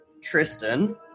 Tristan